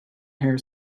hair